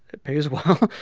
it pays well.